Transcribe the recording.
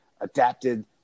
adapted